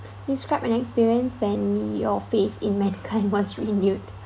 describe an experience when your faith in mankind was renewed